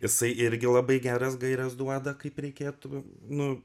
jisai irgi labai geras gaires duoda kaip reikėtų nu